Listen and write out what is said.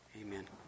amen